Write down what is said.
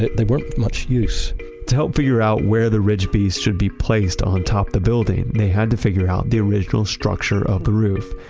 they weren't much use to help figure out where the ridge beasts should be placed on top the building, they had to figure out the original structure of the roof.